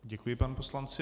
Děkuji panu poslanci.